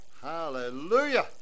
hallelujah